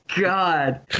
God